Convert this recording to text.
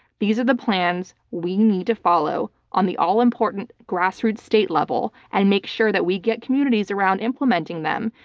these are the plans we need to follow on the all important grassroots state level and make sure that we get communities around implementing them.